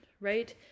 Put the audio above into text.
right